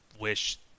wish